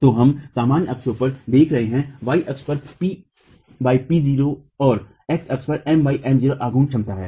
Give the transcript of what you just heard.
तो हम सामान्य अक्षों पर देख रहे हैं y अक्ष पर P P0 और X अक्ष पर M M0 आघूर्ण क्षमता है